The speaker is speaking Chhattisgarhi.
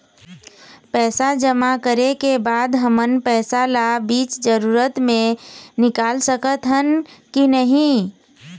पैसा जमा करे के बाद हमन पैसा ला बीच जरूरत मे निकाल सकत हन की नहीं?